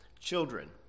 children